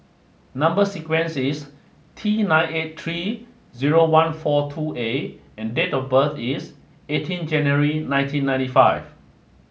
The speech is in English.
number sequence is T nine eight three zero one four two A and date of birth is eighteen January nineteen ninety five